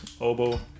oboe